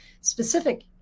specific